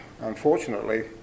Unfortunately